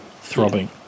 throbbing